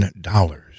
dollars